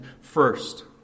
first